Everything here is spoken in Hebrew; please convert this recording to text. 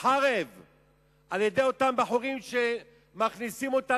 חרב על-ידי אותם בחורים שמכניסים אותן